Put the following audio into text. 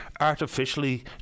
artificially